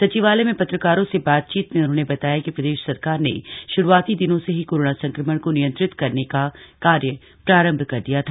सचिवालय में पत्रकारों से बात चीत में उन्होंने बताया कि प्रदेश सरकार ने शुरूआती दिनों से ही कोरोना संक्रमण को नियंत्रित करने का कार्य प्रारम्भ कर दिया था